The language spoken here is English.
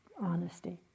honesty